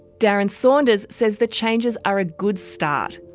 darren saunders says the changes are a good start,